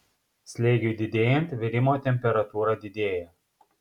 slėgiui didėjant virimo temperatūra didėja